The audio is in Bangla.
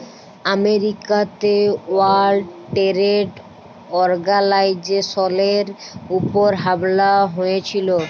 আমেরিকাতে ওয়ার্ল্ড টেরেড অর্গালাইজেশলের উপর হামলা হঁয়েছিল